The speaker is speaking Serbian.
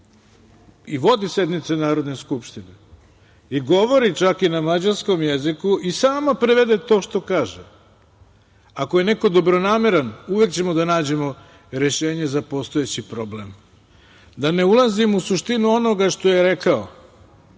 i vodi sednice Narodne skupštine i govori čak i na mađarskom jeziku i sama prevede to što kaže. Ako je neko dobronameran, uvek ćemo da nađemo rešenje za postojeći problem. Da ne ulazim u suštinu onoga što je rekao,